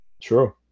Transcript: True